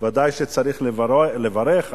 ודאי שצריך לברך.